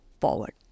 forward